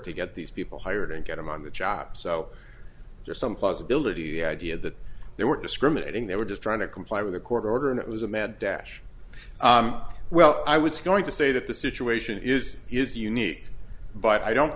to get these people hired and get them on the job so just some plausibility idea that they weren't discriminating they were just trying to comply with a court order and it was a mad dash well i was going to say that the situation is is unique but i don't